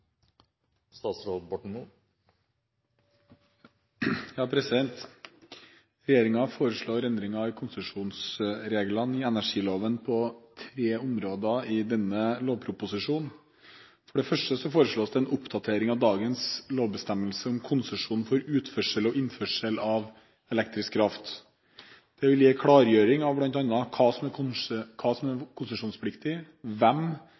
foreslår endringer i konsesjonsreglene i energiloven på tre områder i denne lovproposisjonen. For det første foreslås det en oppdatering av dagens lovbestemmelse om konsesjon for utførsel og innførsel av elektrisk kraft. Det vil gi en klargjøring av bl.a. hva som er konsesjonspliktig, hvem som